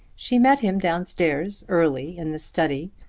she met him downstairs, early, in the study,